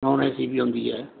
non AC ਵੀ ਹੁੰਦੀ ਹੈ